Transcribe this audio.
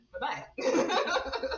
bye-bye